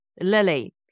Lily